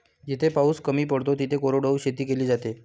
जिथे पाऊस कमी पडतो तिथे कोरडवाहू शेती केली जाते